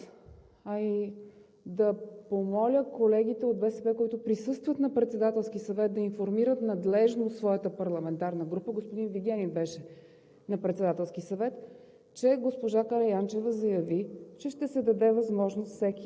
Уважаеми господин Председател, искам да припомня и на Вас, а да помоля и колегите от БСП, които присъстват на Председателски съвет, да информират надлежно своята парламентарна група – господин Вигенин беше на Председателски съвет,